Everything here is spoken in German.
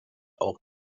auch